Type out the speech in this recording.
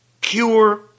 cure